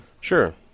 Sure